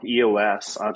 EOS